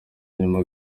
nyuma